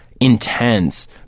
intense